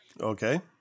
Okay